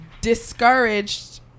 discouraged